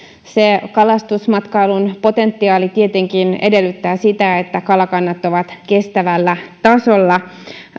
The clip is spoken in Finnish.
kalastusmatkailun potentiaali tietenkin edellyttää sitä että kalakannat ovat kestävällä tasolla